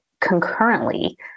concurrently